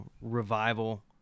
revival